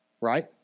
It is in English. right